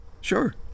Sure